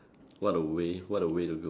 what a way what a way to go